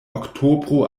oktobro